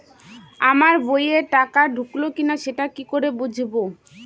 আমার বইয়ে টাকা ঢুকলো কি না সেটা কি করে বুঝবো?